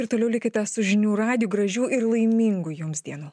ir toliau likite su žinių radiju gražių ir laimingų jums dienų